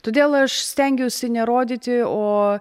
todėl aš stengiausi nerodyti o